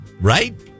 Right